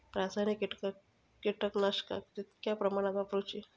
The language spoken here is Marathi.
रासायनिक कीटकनाशका कितक्या प्रमाणात वापरूची?